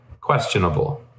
questionable